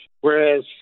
Whereas